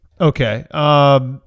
Okay